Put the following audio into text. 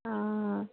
অ